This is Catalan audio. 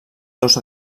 dos